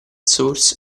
source